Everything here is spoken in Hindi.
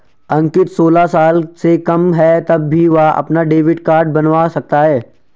अंकित सोलह साल से कम है तब भी वह अपना डेबिट कार्ड बनवा सकता है